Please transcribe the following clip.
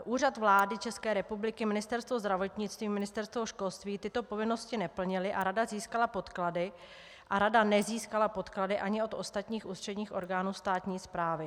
Úřad vlády České republiky, Ministerstvo zdravotnictví, Ministerstvo školství tyto povinnosti neplnily a rada nezískala podklady ani od ostatních ústředních orgánů státní správy.